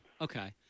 okay